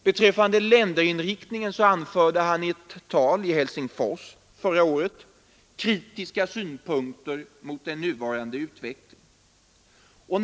Beträffande länderinriktningen anförde han i ett tal i Helsingfors förra året kritiska synpunkter mot vår nuvarande utveckling.